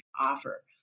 offer